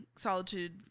solitude